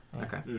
Okay